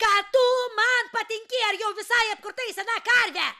ką tu man patinki ar jau visai apkurtai sena karve